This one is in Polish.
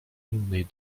innej